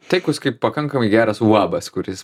taikūs kaip pakankamai geras uabas kuris